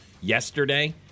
yesterday